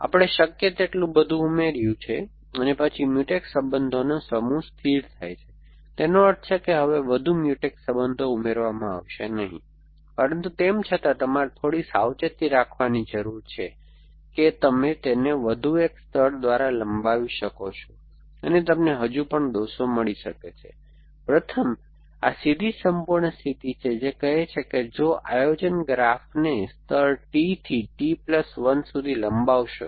આપણે શક્ય તેટલું બધું ઉમેર્યું છે અને પછી મ્યુટેક્સ સંબંધોનો સમૂહ સ્થિર થાય છે તેનો અર્થ એ કે હવે વધુ મ્યુટેક્સ સંબંધો ઉમેરવામાં આવશે નહીં પરંતુ તેમ છતાં તમારે થોડી સાવચેતી રાખવાની જરૂર છે કે તમે તેને વધુ એક સ્તર દ્વારા લંબાવી શકો છો અને તમને હજુ પણ દોષ મળી શકે છે પ્રથમ આ સીધી સંપૂર્ણ સ્થિતિ છે જે કહે છે કે જો આયોજન ગ્રાફને સ્તર T થી T પ્લસ 1 સુધી લંબાવવો